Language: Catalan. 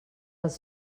els